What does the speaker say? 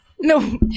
No